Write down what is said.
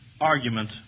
argument